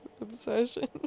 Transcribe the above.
obsession